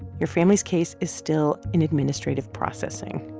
your family's case is still in administrative processing.